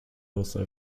also